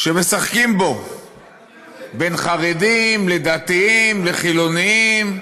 שמשחקים בו בין חרדים, לדתיים, לחילונים,